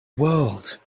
world